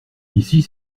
ici